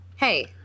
Hey